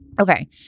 Okay